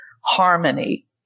harmony